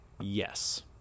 yes